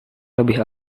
lebih